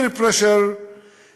peer pressure or coercion.